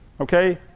Okay